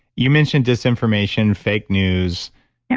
you mentioned disinformation, fake news, and